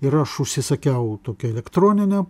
ir aš užsisakiau tokią elektroninę